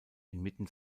inmitten